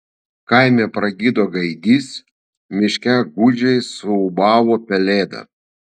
kaime pragydo gaidys miške gūdžiai suūbavo pelėda